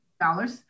Dollars